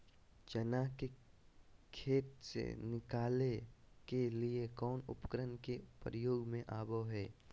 चना के खेत से निकाले के लिए कौन उपकरण के प्रयोग में आबो है?